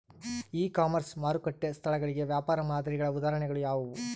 E commerce ಮಾರುಕಟ್ಟೆ ಸ್ಥಳಗಳಿಗೆ ವ್ಯಾಪಾರ ಮಾದರಿಗಳ ಉದಾಹರಣೆಗಳು ಯಾವುವು?